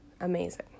amazing